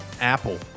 Apple